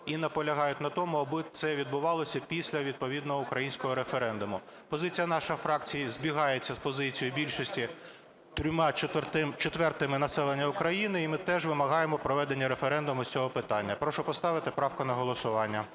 і наполягають на тому, аби це відбувалося після відповідного українського референдуму. Позиція нашої фракції збігається з позицією більшості, трьома четвертими населення України, і ми теж вимагаємо проведення референдуму з цього питання. Прошу поставити правку на голосування.